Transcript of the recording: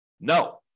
No